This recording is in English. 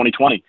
2020